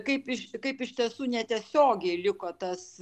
kaip iš kaip iš tiesų netiesiogiai liko tas